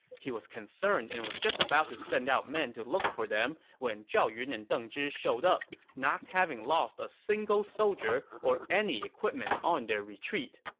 he was concerned and was just about to send out men to look for them when zhao yun and deng zhi showed up, not having lost a single soldier or any equipment on their retreat.